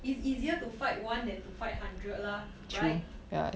it's easier to fight one than to fight hundred lah right